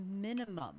minimum